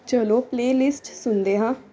ਚਲੋ ਪਲੇਲਿਸਟ ਸੁਣਦੇ ਹਾਂ